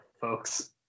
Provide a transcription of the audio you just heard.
folks